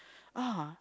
ah